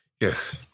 Yes